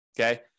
okay